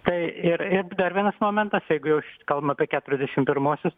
tai ir ir dar vienas momentas jeigu jau kalbam apie keturiasdešim pirmuosius